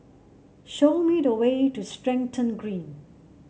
show me the way to Stratton Green